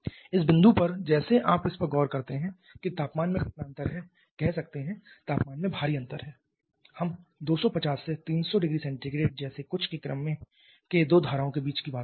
इस बिंदु पर जैसे आप इस पर गौर करते हैं कि तापमान में कितना अंतर हैकह सकते हैं तापमान में भारी अंतर है हम 250 से 300 ℃ जैसे कुछ के क्रम के दो धाराओं के बीच बात कर रहे हैं